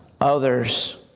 others